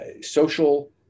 social